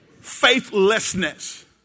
Faithlessness